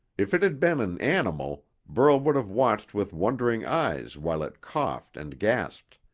if it had been an animal, burl would have watched with wondering eyes while it coughed and gasped,